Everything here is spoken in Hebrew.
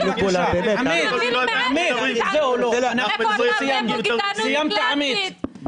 איפה אתה ואיפה הגזענות הקלאסית?